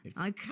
okay